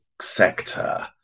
sector